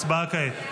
הצבעה כעת.